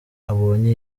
abonye